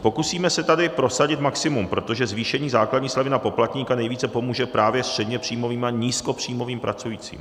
Pokusíme se tady prosadit maximum, protože zvýšení základní slevy na poplatníka nejvíce pomůže právě středněpříjmovým a nízkopříjmovým pracujícím.